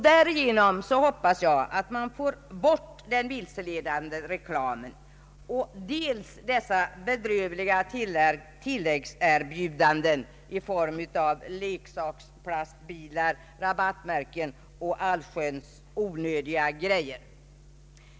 Därigenom hoppas jag, att man får bort dels den vilseledande reklamen, dels dessa bedrövliga tilläggserbjudanden i form av leksaksplastbilar, rabattmärken och allsköns onödiga grejor.